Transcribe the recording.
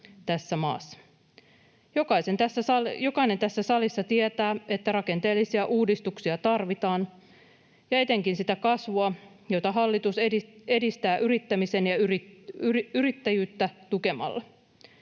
tässä maassa. Jokainen tässä salissa tietää, että rakenteellisia uudistuksia tarvitaan ja etenkin sitä kasvua, jota hallitus edistää yrittämistä ja yrittäjyyttä tukemalla.